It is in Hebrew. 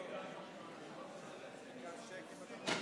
אני מבקש מחברי